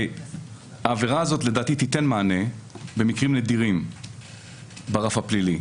העבירה הזאת לדעתי תיתן מענה במקרים נדירים ברף הפלילי,